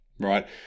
right